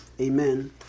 Amen